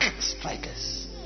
strikers